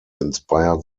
inspired